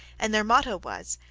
and their motto was,